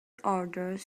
orders